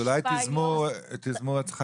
אז אולי תיזמו הצעת חוק.